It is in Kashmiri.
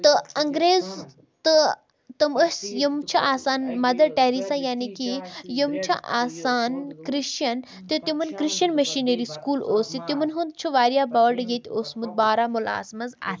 تہٕ اَنگریز تہٕ تِم ٲسۍ یِم چھِ آسان مَدر ٹیرِسہ یعنی کہِ یِم چھِ آسان کِرٛشچن تہٕ تِمن کِرٛشچن مشیٖنٔری سکوٗل اوٗس یہِ تِمن ہُند چھُ وارِیاہ بوٚڑ ییٚتہِ اوٗسمُت بارہمولاہَس منٛز اَتھہٕ